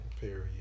Period